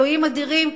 אלוהים אדירים,